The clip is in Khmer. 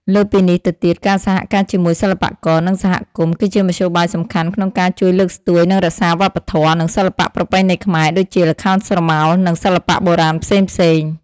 លើសពីនេះទៅទៀតការសហការជាមួយសិល្បករ និងសហគមន៍ គឺជាមធ្យោបាយសំខាន់ក្នុងការជួយលើកស្ទួយ និងរក្សា វប្បធម៌ និងសិល្បៈប្រពៃណីខ្មែរ ដូចជា ល្ខោនស្រមោល និង សិល្បៈបុរាណផ្សេងៗ។